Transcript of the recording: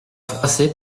froissée